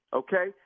okay